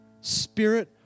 spirit